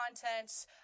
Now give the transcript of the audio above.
content